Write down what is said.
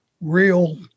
real